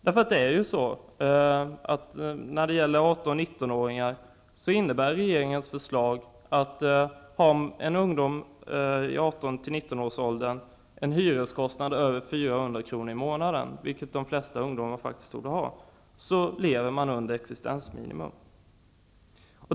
När det gäller 18--19-åringar innebär regeringens förslag att om de har en hyreskostnad som är över 400 kr. i månaden, vilket de flesta ungdomar faktiskt har, lever de under existensminimum.